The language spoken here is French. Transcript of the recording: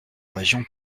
région